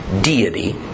deity